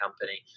company